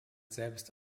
selbst